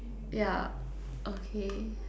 yeah okay